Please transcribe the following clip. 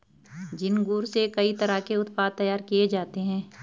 झींगुर से कई तरह के उत्पाद तैयार किये जाते है